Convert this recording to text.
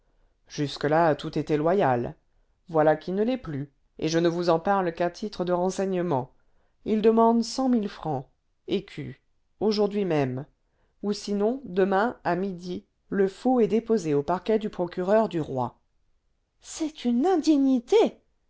jusque-là tout était loyal voici qui ne l'est plus et je ne vous en parle qu'à titre de renseignements il demande cent mille francs écus aujourd'hui même ou sinon demain à midi le faux est déposé au parquet du procureur du roi c'est une indignité